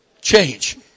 change